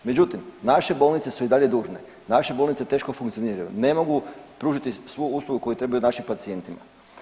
Međutim, naše bolnice su i dalje dužne, naše bolnice teško funkcioniraju, ne mogu pružiti svu uslugu koju trebaju našim pacijentima.